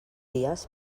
dies